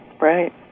right